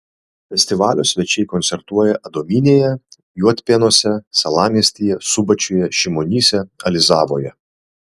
festivalio svečiai koncertuoja adomynėje juodpėnuose salamiestyje subačiuje šimonyse alizavoje